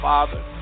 Father